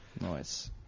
nice